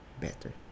better